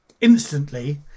instantly